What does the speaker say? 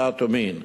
דת ומין,